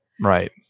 Right